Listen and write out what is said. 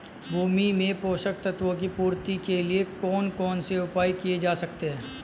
भूमि में पोषक तत्वों की पूर्ति के लिए कौन कौन से उपाय किए जा सकते हैं?